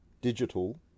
Digital